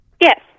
Yes